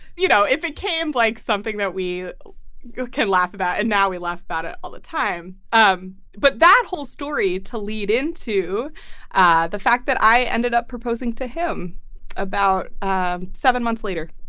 you know, it became like something that we can laugh about and now we laugh about it all the time um but that whole story to lead into ah the fact that i ended up proposing to him about um seven months later,